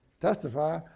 Testify